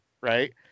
Right